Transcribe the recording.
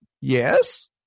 Yes